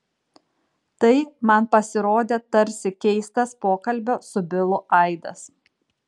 tai man pasirodė tarsi keistas pokalbio su bilu aidas